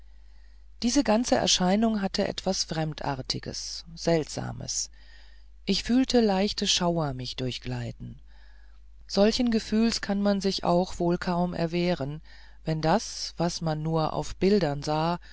die ganze erscheinung hatte etwas fremdartiges seltsames ich fühlte leise schauer mich durchgleiten solchen gefühls kann man sich auch wohl kaum erwehren wenn das was man nur auf bildern sah